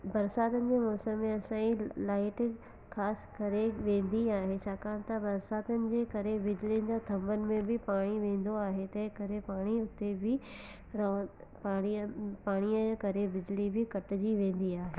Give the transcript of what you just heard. बरसातिनि जे मौसम में असांजी लाइट ख़ासि करे वेंदी आहे छाकाणि त बरसातिनि जे करे बिजली जा थंभनि में बि पाणी वेंदो आहे तंहिं करे पाणी उते बि रव पाणीअ पाणीअ जे करे बिजली बि कटिजी वेंदी आहे